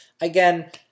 Again